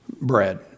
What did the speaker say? bread